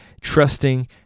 trusting